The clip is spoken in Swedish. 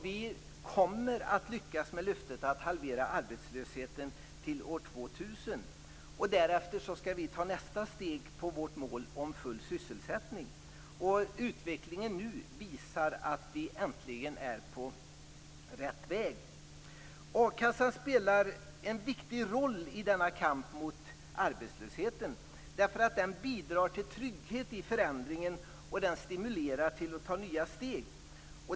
Vi kommer att lyckas med löftet att halvera arbetslösheten till år 2000. Därefter skall vi ta nästa steg mot vårt mål, full sysselsättning. Utvecklingen nu visar att vi äntligen är på rätt väg. A-kassan spelar en viktig roll i denna kamp mot arbetslösheten. Den bidrar till trygghet i förändringen och den stimulerar till att ta nya steg.